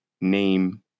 name